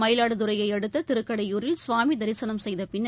மயிலாடுதுறையை அடுத்த திருக்கடையூரில் சுவாமி தரிசனம் செய்த பின்னர்